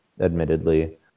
admittedly